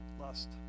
lust